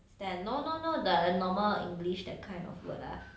span no no no the normal english that kind of word ah